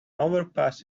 overpass